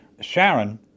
Sharon